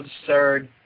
absurd